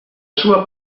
sua